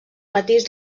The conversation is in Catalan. matís